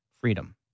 Freedom